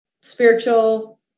spiritual